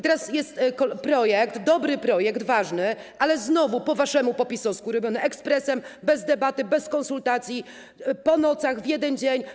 Teraz jest projekt, dobry ważny projekt, ale znowu po waszemu, po PiS-owsku robiony ekspresem, bez debaty, bez konsultacji, po nocach, w jeden dzień.